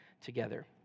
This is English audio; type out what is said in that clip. together